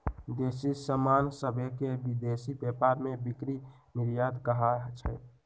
देसी समान सभके विदेशी व्यापार में बिक्री निर्यात कहाइ छै